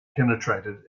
penetrated